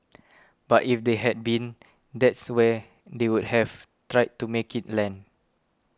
but if they had been that's where they would have tried to make it land